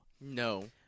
no